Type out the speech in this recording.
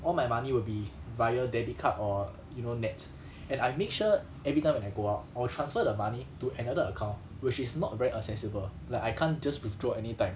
all my money will be via debit card or you know net and I make sure every time when I go out I'll transfer the money to another account which is not very accessible like I can't just withdraw anytime